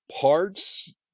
parts